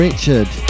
Richard